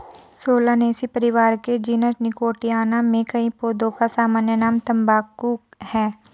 Solanaceae परिवार के genus Nicotiana में कई पौधों का सामान्य नाम तंबाकू है